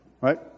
Right